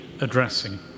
addressing